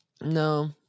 no